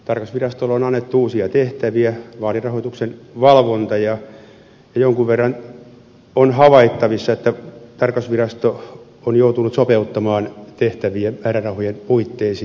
tarkastusvirastolle on annettu uusia tehtäviä vaalirahoituksen valvonta ja jonkin verran on havaittavissa että tarkastusvirasto on joutunut sopeuttamaan tehtäviä määrärahojen puitteisiin